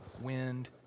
wind